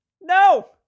No